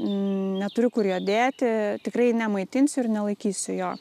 neturiu kur jo dėti tikrai nemaitinsiu ir nelaikysiu jo